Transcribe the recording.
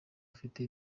afite